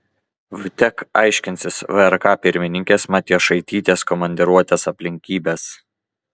vtek aiškinsis vrk pirmininkės matjošaitytės komandiruotės aplinkybes